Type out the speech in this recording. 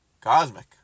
Cosmic